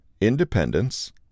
independence